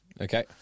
Okay